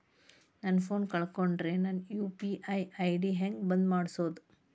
ನನ್ನ ಫೋನ್ ಕಳಕೊಂಡೆನ್ರೇ ನನ್ ಯು.ಪಿ.ಐ ಐ.ಡಿ ಹೆಂಗ್ ಬಂದ್ ಮಾಡ್ಸೋದು?